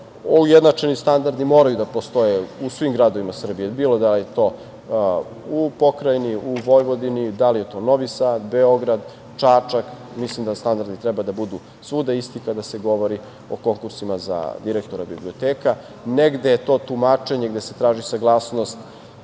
Ujednačeni standardi moraju da postoje u svim gradovima Srbije, bilo da je to u pokrajini, u Vojvodini, da li je to Novi Sad, Beograd, Čačak, mislim da standardi treba da budu svuda isti kada se govori o konkursima za direktora biblioteka. Negde je to tumačenje gde se traži saglasnost